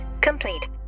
complete